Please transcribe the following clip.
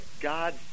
God